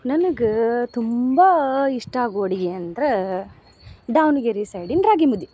ನನಗೆ ತುಂಬಾ ಇಷ್ಟ ಆಗೋ ಅಡಿಗೆ ಅಂದ್ರೆ ದಾವಣಗೆರೆ ಸೈಡಿನ ರಾಗಿ ಮುದ್ದೆ